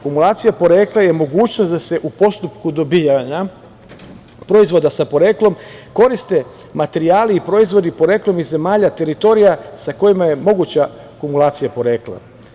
Kumulacija porekla je mogućnost da se u postupku dobijanja proizvoda sa poreklom koriste materijali i proizvodi poreklom iz zemalja teritorija sa kojima je moguća kumulacija porekla.